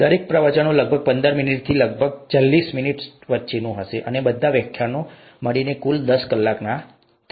દરેક પ્રવચન લગભગ પંદર મિનિટથી લગભગ ચાલીસ મિનિટ વચ્ચેનું હશે અને બધાં વ્યાખ્યાનો મળીને કુલ દસ કલાકના હશે